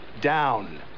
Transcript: down